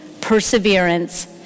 perseverance